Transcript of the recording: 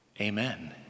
amen